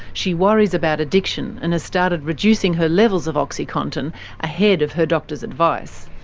she worries about addiction, and has started reducing her levels of oxycontin ahead of her doctor's advice.